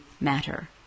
matter